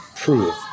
prove